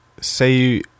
say